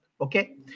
okay